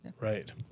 Right